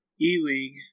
E-League